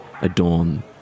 adorn